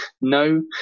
No